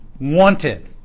Wanted